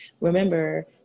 remember